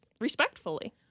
respectfully